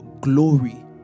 glory